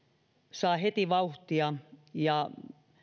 saa heti vauhtia ja